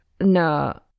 no